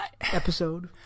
episode